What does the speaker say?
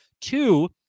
Two